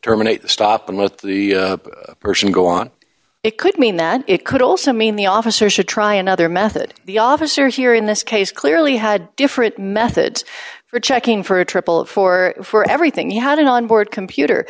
terminate the stop and let the person go on it could mean that it could also mean the officer should try another method the officer here in this case clearly had different methods for checking for a triple of four for everything he had an onboard computer